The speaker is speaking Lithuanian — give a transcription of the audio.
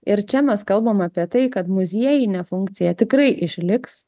ir čia mes kalbam apie tai kad muziejinė funkcija tikrai išliks